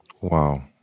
Wow